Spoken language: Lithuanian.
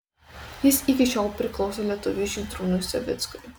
jis iki šiol priklauso lietuviui žydrūnui savickui